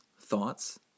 thoughts